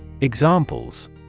Examples